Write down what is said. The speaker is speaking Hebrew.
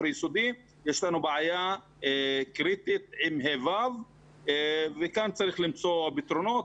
היסודיים יש לנו בעיה קריטית עם כיתות ה'-ו' וכאן צריך למצוא פתרונות.